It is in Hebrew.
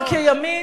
מה שהוגדר כימין,